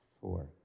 four